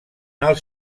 els